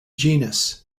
genus